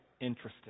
interested